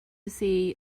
see